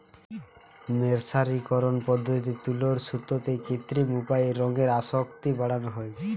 মের্সারিকরন পদ্ধতিতে তুলোর সুতোতে কৃত্রিম উপায়ে রঙের আসক্তি বাড়ানা হয়